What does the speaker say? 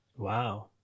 wow